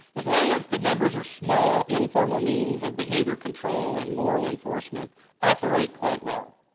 as long as the numbers are small, informal means of behavior control and moral enforcement operate quite well.